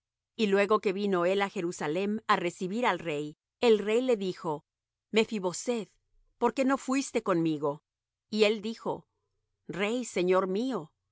y luego que vino él á jerusalem á recibir al rey el rey le dijo mephi boseth por qué no fuiste conmigo y él dijo rey señor mío